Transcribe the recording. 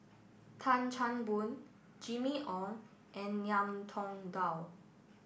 Tan Chan Boon Jimmy Ong and Ngiam Tong Dow